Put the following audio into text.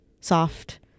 soft